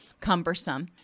cumbersome